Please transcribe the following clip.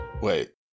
Wait